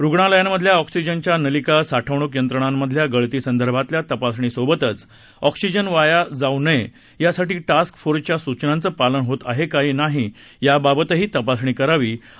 रुग्णालयांमधल्या ऑक्सिजनच्या नलिका साठवणुक यंत्रणांमधल्या गळतीसंदर्भातल्या तपासणीसोबतच ऑक्सिजन वाया जाऊ नये यासाठी टास्क फोर्सच्या सूचनांचं पालन होत आहे किंवा नाही याबाबतही तपासणी करावी अशी सूचना त्यांनी केली